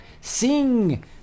Sing